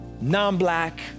non-black